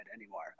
anymore